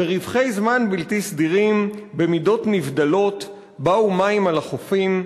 ברווחי זמן בלתי סדירים / במידות נבדלות / באו מים על החופים.